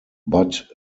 but